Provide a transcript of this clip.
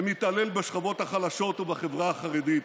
שמתעלל בשכבות החלשות ובחברה החרדית,